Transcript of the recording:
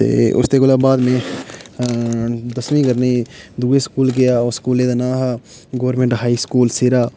ते उसदे कोला बाद में अ दसमीं करने ई दूऐ स्कूल गेआ उस स्कूलै दा नांऽ हा गौरमेंट हाई स्कूल सिरा